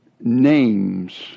names